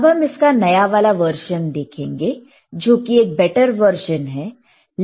अब हम इसका नया वाला वर्जन देखेंगे जो कि एक बेटर वर्शन है